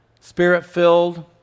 spirit-filled